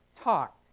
talked